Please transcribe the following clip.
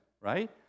right